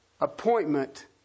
appointment